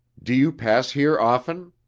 do you pass here often?